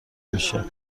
میشه